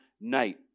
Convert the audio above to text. night